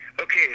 Okay